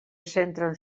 centren